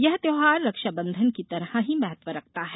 यह त्योहार रक्षाबंधन की तरह ही महत्व रखता है